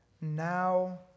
now